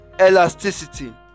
elasticity